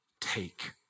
take